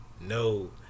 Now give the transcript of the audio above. no